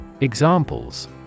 Examples